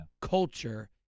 culture